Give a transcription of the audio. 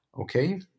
Okay